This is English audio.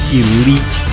elite